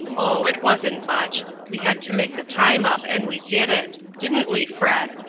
oh, it wasn't much we had to make the time up, and we did it. didn't we, fred?